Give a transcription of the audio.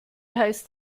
heißt